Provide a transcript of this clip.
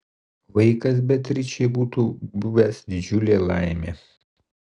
vaikas beatričei būtų buvęs didžiulė laimė